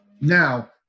now